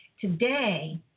Today